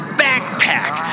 backpack